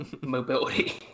mobility